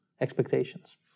expectations